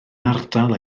ardal